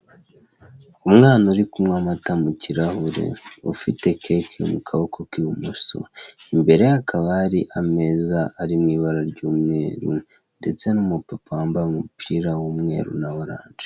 Umwana urikunywa amata mu kirahure ufite keke mu kuboko kwa ibumoso imbereye hakaba hiri ameza ari m'ibara ry'umweru, ndetse n'umupapa wambaye umupira w'umweru n'oranje.